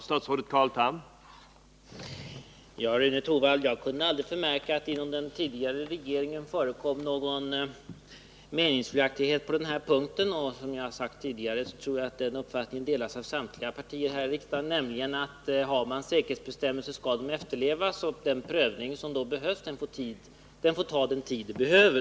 Herr talman! Ja, Rune Torwald, jag kunde aldrig förmärka att det inom den tidigare regeringen förekom någon meningsskiljaktighet på denna punkt. Som jag sagt tidigare tror jag att den uppfattningen delas av samtliga partier här i riksdagen, att om man har säkerhetsbestämmelser så skall dessa följas. Den prövning som blir erforderlig får ta den tid som behövs.